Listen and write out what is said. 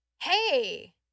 hey